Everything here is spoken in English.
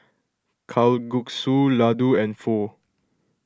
Kalguksu Ladoo and Pho